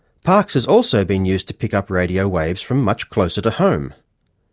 parkes is also being used to pick up radio waves from much closer to home.